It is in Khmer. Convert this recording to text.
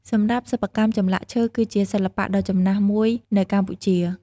សម្រាប់ សិប្បកម្មចម្លាក់ឈើគឺជាសិល្បៈដ៏ចំណាស់មួយនៅកម្ពុជា។